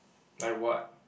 like what